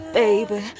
baby